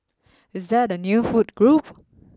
is that a new food group